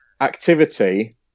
activity